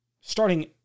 starting